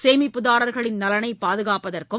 சேமிப்புதாரர்களின் நலனை பாதுகாப்பதற்கும்